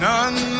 None